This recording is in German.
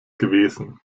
gewesen